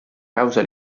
causa